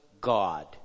God